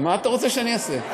מה אתה רוצה שאני אעשה?